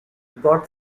god